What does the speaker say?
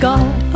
God